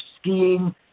skiing